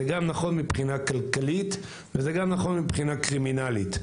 זה גם נכון מבחינה כלכלית וזה גם נכון מבחינה קרימינלית.